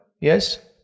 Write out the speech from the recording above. Yes